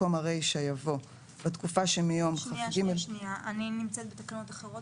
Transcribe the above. התשפ"ב 2021 תיקון תקנה 11 1. בתקנות סמכויות מיוחדות